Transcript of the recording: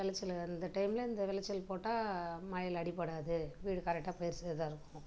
விளச்சலு அந்த டைம்ல இந்த விளைச்சல் போட்டால் மழையில் அடிப்படாது வீடு கரெக்டா பயிர் செய்றதாக இருக்கும்